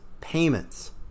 payments